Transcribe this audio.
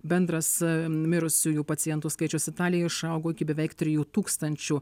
bendras mirusiųjų pacientų skaičius italijoj išaugo iki beveik trijų tūkstančių